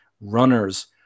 runners